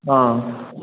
অঁ